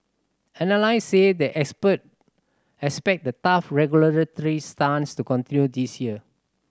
analysts say the expert expect the tough regulatory stance to continue this year